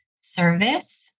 service